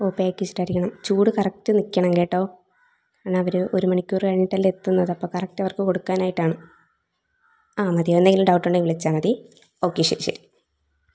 ഓ pack ഇഷ്ടമായിരിക്കണം ചൂട് correct നിൽക്കണം കേട്ടോ കാരണം അവർ ഒരുമണിക്കൂർ കഴിഞ്ഞിട്ടല്ലേ എത്തുന്നത് അപ്പോൾ കറക്റ്റ് അവർക്ക് കൊടുക്കാനായിട്ടാണ് ആ മതി എന്തെങ്കിലും ഡൗട്ട് ഉണ്ടെങ്കിൽ വിളിച്ചാൽ മതി ഓക്കേ ശരി ശരി